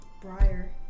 Briar